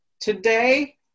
Today